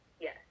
yes